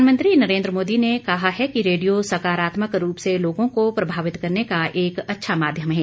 प्रधानमंत्री नरेंद्र मोदी ने कहा है कि रेडियो सकारात्मक रूप से लोगों को प्रभावित करने का एक अच्छा माध्यम है